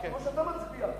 כמו שאתה מצביע,